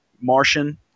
Martian